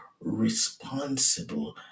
responsible